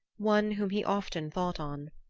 one whom he often thought on.